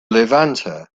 levanter